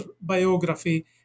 biography